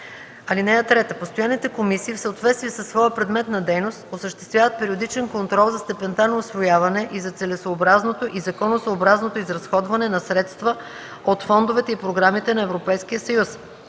(3) Постоянните комисии, в съответствие със своя предмет на дейност, осъществяват периодичен контрол за степента на усвояване и за целесъобразното и законосъобразното изразходване на средства от фондовете и програмите на Европейския съюз.